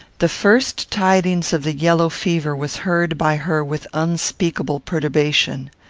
the first tidings of the yellow fever was heard by her with unspeakable perturbation.